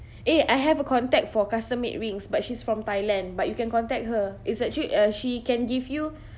eh I have a contact for custom made rings but she's from thailand but you can contact her it's actually uh she can give you